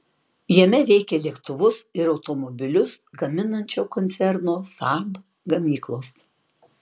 jame veikia lėktuvus ir automobilius gaminančio koncerno saab gamyklos